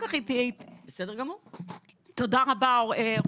תודה רבה.